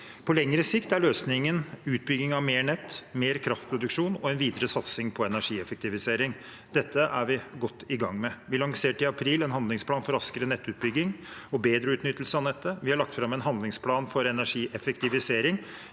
På lengre sikt er løsningen utbygging av mer nett, mer kraftproduksjon og en videre satsing på energieffektivisering. Dette er vi godt i gang med. Vi lanserte i april en handlingsplan for raskere nettutbygging og bedre utnyttelse av nettet. Vi har lagt fram en handlingsplan for energieffektivisering